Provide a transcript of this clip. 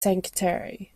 sanctuary